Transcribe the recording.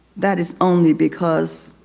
that is only because